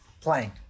playing